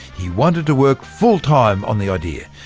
he wanted to work full-time on the idea.